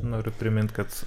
noriu primint kad